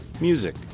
music